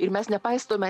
ir mes nepaistome